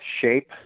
shape